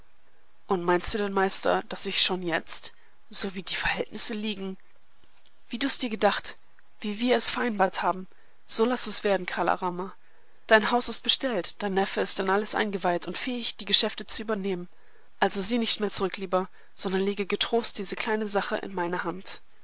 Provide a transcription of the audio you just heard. und meinst du denn meister daß ich schon jetzt so wie die verhältnisse liegen wie du dir's gedacht wie wir es vereinbart haben so laß es werden kala rama dein haus ist bestellt dein neffe in alles eingeweiht und fähig die geschäfte zu übernehmen also sieh nicht mehr zurück lieber sondern lege getrost diese kleine sache in meine hand